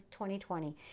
2020